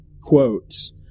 quotes